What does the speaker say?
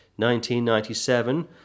1997